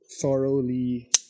thoroughly